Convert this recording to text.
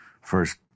first